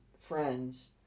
friends